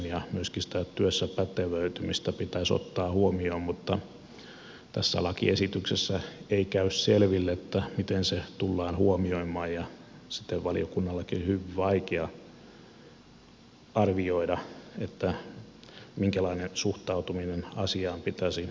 myöskin sitä työssä pätevöitymistä pitäisi ottaa huomioon mutta tästä lakiesityksestä ei käy selville miten se tullaan huomioimaan ja siten valiokunnankin on hyvin vaikea arvioida minkälainen suhtautuminen asiaan pitäisi ottaa